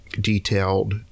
detailed